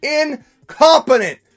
incompetent